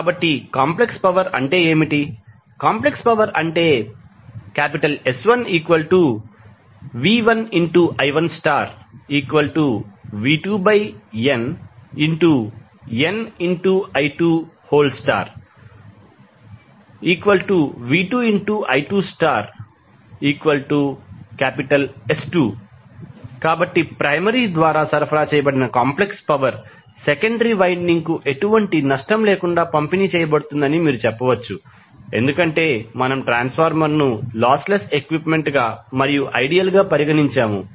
కాబట్టి complex power అంటే ఏమిటి కాంప్లెక్స్ పవర్ అంటే S1V1I1V2nnI2V2I2S2 కాబట్టి ప్రైమరీ ద్వారా సరఫరా చేయబడిన కాంప్లెక్స్ పవర్ సెకండరీ వైండింగ్కు ఎటువంటి నష్టం లేకుండా పంపిణీ చేయబడుతుందని మీరు చెప్పవచ్చు ఎందుకంటే మనము ట్రాన్స్ఫార్మర్ను లాస్ లెస్ ఎక్విప్మెంట్ గా మరియు ఐడియల్ గా పరిగణించాము